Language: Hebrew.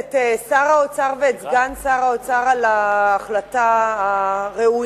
שר האוצר ואת סגן שר האוצר על ההחלטה הראויה,